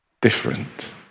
different